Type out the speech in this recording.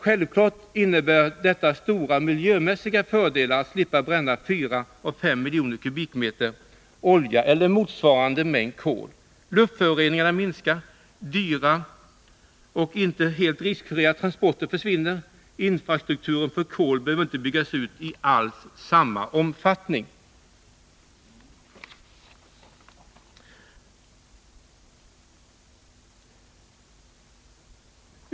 Självklart är att det innebär stora miljömässiga fördelar att slippa bränna 4 å 5 miljoner kubikmeter olja eller motsvarande mängd kol. Luftföroreningarna minskar. Dyra och inte helt riskfria transporter försvinner. Infrastrukturen för kol behöver inte alls byggas ut i samma omfattning.